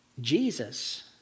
Jesus